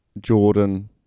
Jordan